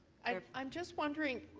i'm just wondering,